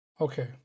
okay